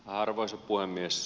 arvoisa puhemies